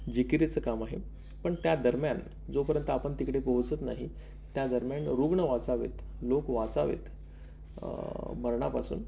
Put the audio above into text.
जिकीरीचं काम आहे पण त्या दरम्यान जोपर्यंत आपण तिकडे पोहोचत नाही त्या दरम्यान रुग्ण वाचावेत लोक वाचावेत मरणापासून